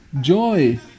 joy